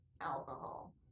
alcohol